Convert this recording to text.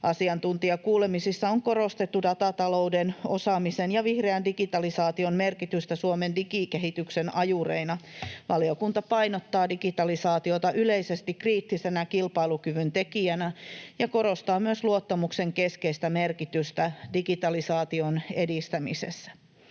Asiantuntijakuulemisissa on korostettu datatalouden, osaamisen ja vihreän digitalisaation merkitystä Suomen digikehityksen ajureina. Valiokunta painottaa digitalisaatiota yleisesti kriittisenä kilpailukyvyn tekijänä ja korostaa myös luottamuksen keskeistä merkitystä digitalisaation edistämisessä.